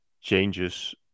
changes